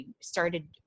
started